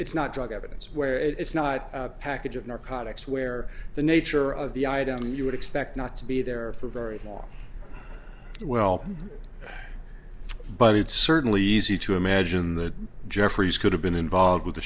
it's not drug evidence where it's not a package of narcotics where the nature of the item you would expect not to be there for very long well but it's certainly easy to imagine the jeffries could have been involved with